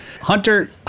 Hunter